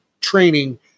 training